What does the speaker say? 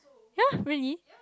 ye really